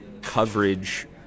coverage